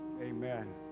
amen